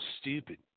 stupid